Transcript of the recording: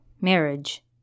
marriage